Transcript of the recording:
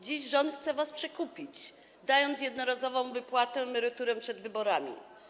Dziś rząd chce was przekupić, dając jednorazową wypłatę emerytury przed wyborami.